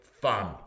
fun